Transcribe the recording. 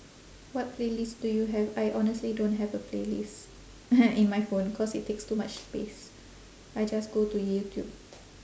what playlist do you have I honestly don't have a playlist in my phone cause it takes too much space I just go to youtube